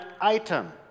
item